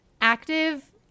active